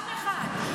עם אחד.